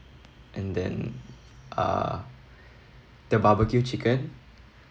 and then uh the barbecue chicken